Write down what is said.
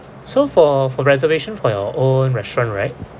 so for for reservation for your own restaurant right